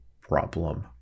problem